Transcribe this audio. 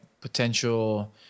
potential